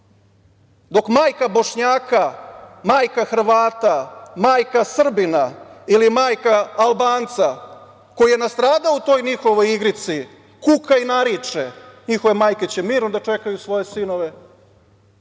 Dok majka Bošnjaka, majka Hrvata, majka Srbina ili majka Albanca, koji je nastradao u toj njihovoj igrici, kuka i nariče, njihove majke će mirno da čekaju svoje sinove,